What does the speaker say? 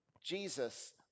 Jesus